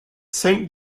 saint